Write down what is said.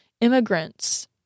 immigrants